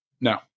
No